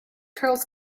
curls